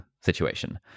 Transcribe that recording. situation